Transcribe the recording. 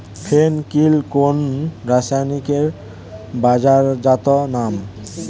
ফেন কিল কোন রাসায়নিকের বাজারজাত নাম?